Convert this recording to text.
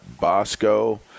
Bosco